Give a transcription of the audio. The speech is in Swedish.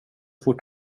fort